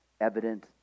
evident